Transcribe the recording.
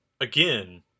again